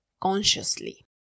consciously